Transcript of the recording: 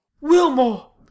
Wilmore